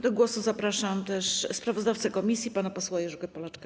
Do głosu zapraszam też sprawozdawcę komisji pana posła Jerzego Polaczka.